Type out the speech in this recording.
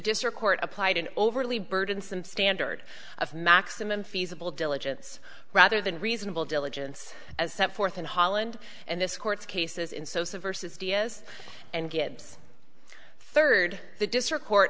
district court applied an overly burdensome standard of maximum feasible diligence rather than reasonable diligence as set forth in holland and this court's cases in sosa versus dia's and gibbs third the district court